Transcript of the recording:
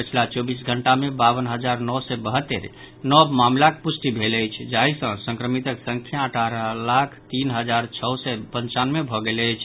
पछिला चौबीस घंटा मे बावन हजार नओ सय बहत्तरि नव मामिलाक पुष्टि भेल अछि जाहि सँ संक्रमितक संख्या अठारह लाख तीन हजार छओ सय पंचानवे भऽ गेल अछि